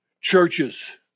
churches